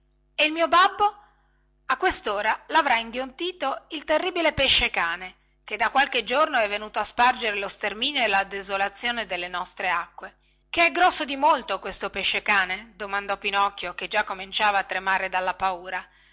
e il mio babbo a questora lavrà inghiottito il terribile pesce-cane che da qualche giorno è venuto a spargere lo sterminio e la desolazione nelle nostre acque che è grosso di molto questo pesce-cane domandò pinocchio che digià cominciava a tremare dalla paura